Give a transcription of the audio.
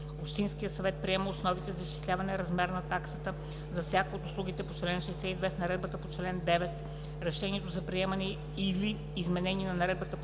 Общинският съвет приема основите за изчисляване размера на таксата за всяка от услугите по чл. 62 с наредбата по чл. 9. Решението за приемане или изменение на наредбата по чл. 9